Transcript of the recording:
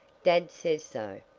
dad says so.